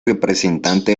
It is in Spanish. representante